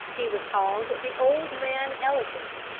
he was called the old man eloquent,